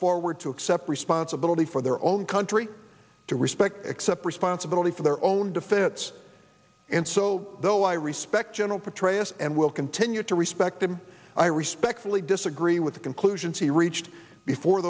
forward to accept responsibility for their own country to respect accept responsibility for their own defense and so though i respect general petraeus and will continue to respect him i respectfully disagree with the conclusions he reached before